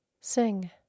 sing